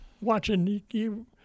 watching